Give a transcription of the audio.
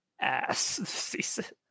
ass